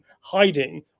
hiding